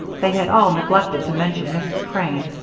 they had all neglected to mention mrs. crane,